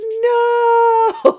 no